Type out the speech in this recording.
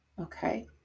Okay